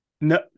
No